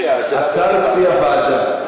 השר הציע ועדה.